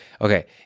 okay